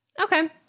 Okay